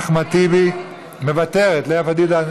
לאה פדידה, מוותרת.